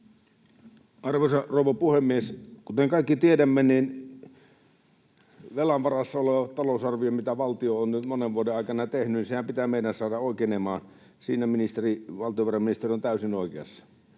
Arvoisa rouva puhemies! Kuten kaikki tiedämme, velan varassa oleva talousarvio, mitä valtio on monen vuoden aikana tehnyt, pitää meidän saada oikenemaan. Siinä valtiovarainministeri on täysin oikeassa.